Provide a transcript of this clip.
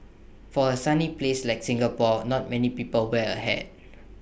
for A sunny place like Singapore not many people wear A hat